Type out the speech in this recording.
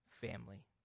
family